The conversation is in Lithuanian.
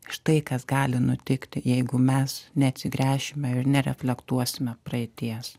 štai kas gali nutikti jeigu mes neatsigręšime ir nereflektuosime praeities